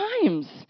times